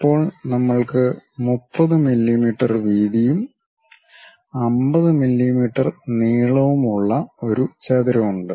ഇപ്പോൾ നമ്മൾക്ക് 30 മില്ലീമീറ്റർ വീതിയും 50 മില്ലീമീറ്റർ നീളവും ഉള്ള ഒരു ചതുരം ഉണ്ട്